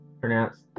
pronounced